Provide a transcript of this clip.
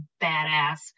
badass